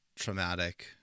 traumatic